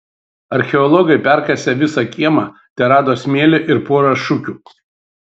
archeologai perkasę visą kiemą terado smėlį ir porą šukių